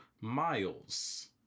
miles